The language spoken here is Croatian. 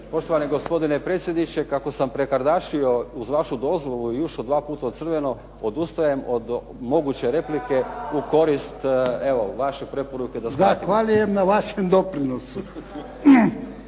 Poštovani gospodine predsjedniče, kako sam prekardašio uz vašu dozvolu i ušao dva puta u crveno, odustajem od moguće replike u korist, evo vaše preporuke da skratim. **Jarnjak,